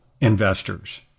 investors